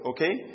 Okay